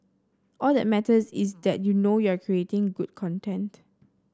all that matters is that you know you're creating good content